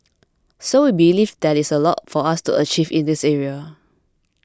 so we believe there is a lot for us to achieve in this area